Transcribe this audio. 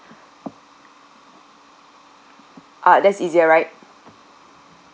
ah that's easier right